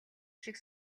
шиг